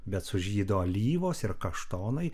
bet sužydo alyvos ir kaštonai